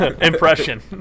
impression